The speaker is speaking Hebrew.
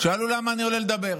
שאלו למה אני עולה לדבר,